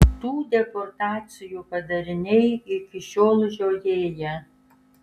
tų deportacijų padariniai iki šiol žiojėja